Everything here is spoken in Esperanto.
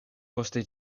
poste